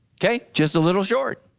okay? just a little short.